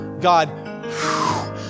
God